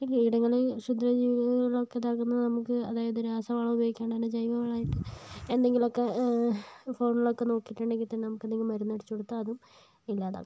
ഈ കീടങ്ങള് ക്ഷുദ്ര ജീവികളൊക്കെ കിടന്ന് നമുക്ക് അതായത് രാസവളം ഉപയോഗിക്കാതെ തന്നെ ജൈവവളം എന്തെങ്കിലുമൊക്കെ ഫോണിലൊക്കെ നോക്കിയിട്ടുണ്ടെങ്കിൽ തന്നെ നമുക്ക് എന്തെങ്കിലും മരുന്ന് അടിച്ച് കൊടുത്താൽ അതും ഇല്ലാതാക്കാം